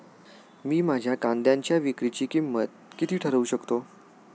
मी माझ्या कांद्यांच्या विक्रीची किंमत किती ठरवू शकतो?